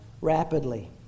rapidly